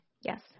Yes